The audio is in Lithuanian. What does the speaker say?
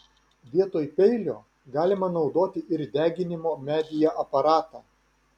vietoj peilio galima naudoti ir deginimo medyje aparatą